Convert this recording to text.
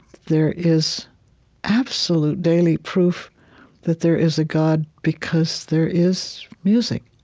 there is absolute daily proof that there is a god because there is music.